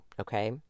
okay